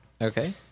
Okay